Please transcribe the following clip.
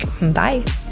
bye